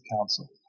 Council